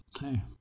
hey